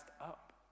up